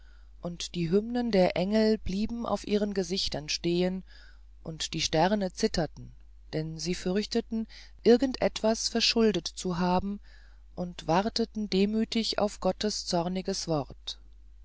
und die hymnen der engel blieben auf ihren gesichtern stehen und die sterne zitterten denn sie fürchteten irgend etwas verschuldet zu haben und warteten demütig auf gottes zorniges wort